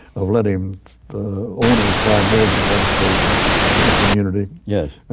of letting owners buy more than one station in a community. yes.